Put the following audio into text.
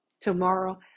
Tomorrow